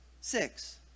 Six